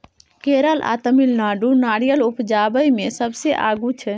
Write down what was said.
केरल आ तमिलनाडु नारियर उपजाबइ मे सबसे आगू छै